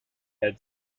had